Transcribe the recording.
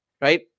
right